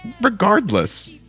Regardless